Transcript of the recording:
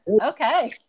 Okay